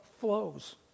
flows